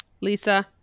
Lisa